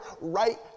right